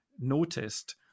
noticed